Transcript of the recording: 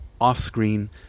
off-screen